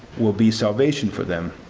will be salvation for them.